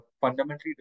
fundamentally